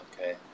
okay